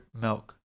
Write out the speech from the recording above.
milk